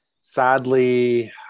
sadly